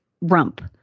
rump